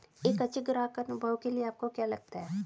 एक अच्छे ग्राहक अनुभव के लिए आपको क्या लगता है?